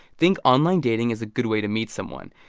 think online dating is a good way to meet someone.